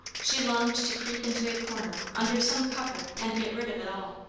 she longed to creep into a corner, under some cover, and get rid of it all.